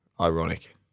ironic